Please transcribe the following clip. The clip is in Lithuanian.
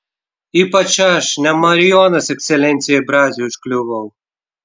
ypač aš ne marijonas ekscelencijai braziui užkliuvau